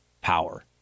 power